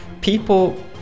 people